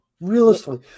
Realistically